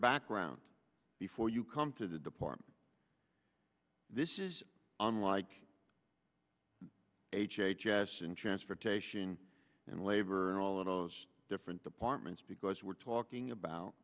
background before you come to the department this is unlike h h s and transportation and labor and all of those different departments because we're talking about